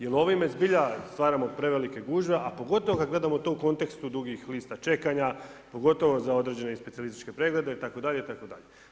Jer ovime zbilja stvaramo prevelike gužve a pogotovo kada gledamo to u kontekstu dugih lista čekanja, pogotovo za određene i specijalističke preglede, itd., itd.